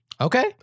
Okay